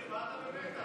אופיר, מה אתה במתח?